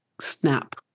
snap